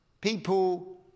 People